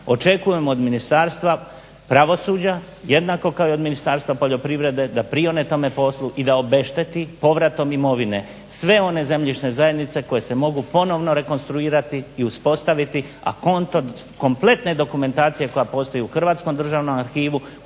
Očekujem od Ministarstva pravosuđa jednako kao i od Ministarstva poljoprivrede da prione tome poslu i da obešteti povratom imovine sve one zemljišne zajednice koje se mogu ponovno rekonstruirati i uspostaviti, a konto kompletne dokumentacije koja postoji u Hrvatskom državnom arhivu